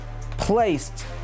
placed